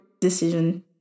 decision